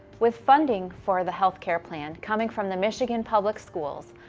with funding for the healthcare plan coming from the michigan public schools,